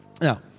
Now